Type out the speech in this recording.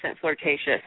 flirtatious